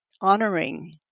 honoring